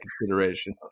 consideration